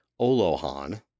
Olohan